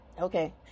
okay